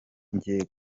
jye